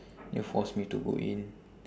you force me to go in